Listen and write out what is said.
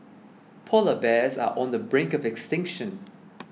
Polar Bears are on the brink of extinction